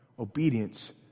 Obedience